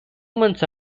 months